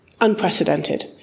unprecedented